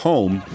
Home